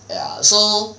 ya so